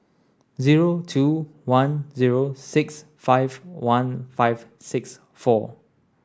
zero two one zero six five one five six four